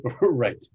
Right